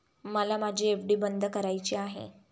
मला माझी एफ.डी बंद करायची आहे